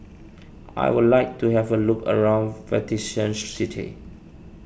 I would like to have a look around Vatican City